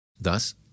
Thus